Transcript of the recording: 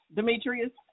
Demetrius